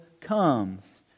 comes